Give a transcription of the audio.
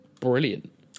brilliant